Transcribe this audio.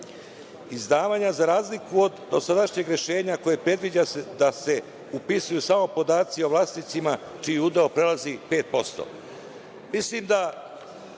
izdavanja za razliku od dosadašnjeg rešenja koje predviđa da se upisuju samo podaci o vlasnicima čiji udeo prelazi